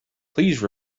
please